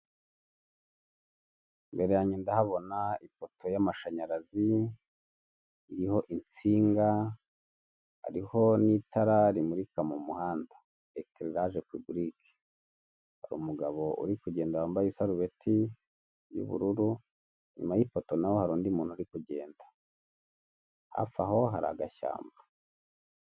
Mbere yanjye ndahabona ipoto y’amashanyarazi iriho insinga, hariho n’itara rimurika mu muhanda ekireraje pibulike. Hari umugabo uri kugenda wambaye isarubeti y’ubururu nyuma y’ipoto, naho hari undi muntu uri kugenda hafi aho hari agashyamba.